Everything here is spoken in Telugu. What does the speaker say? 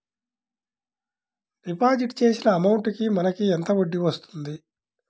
డిపాజిట్ చేసిన అమౌంట్ కి మనకి ఎంత వడ్డీ వస్తుంది?